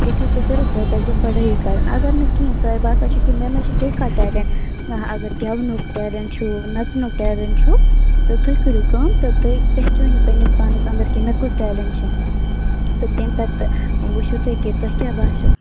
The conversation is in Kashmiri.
ہیٚکِو تُہی کٔرِتھ تۄہہِ پَزِ پڑھٲے کَرٕنۍ اگر نہٕ کِہیٖنٛۍ تۄہہِ باسان چھُ کہِ مےٚ مَنٛز چھُ بیٚیہِ کانٛہہ ٹیلَنٛٹ اگر گیٚونُک ٹیلَنٛٹ چھُ نَژنُک ٹیلَنٛٹ چھُ تہٕ تُہی کٔرِو کٲم تہٕ تُہی پہچٲنِو پَننِس پانَس أنٛدرۍ کِنۍ مےٚ کُس ٹیلَنٛٹ چھُ تہٕ تَمہِ پَتہٕ تہِ وُچھِو تُہی کہِ تۄہہِ کیٛاہ باسیٚو